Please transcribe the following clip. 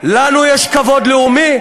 לנו יש כבוד לאומי,